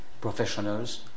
professionals